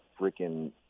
freaking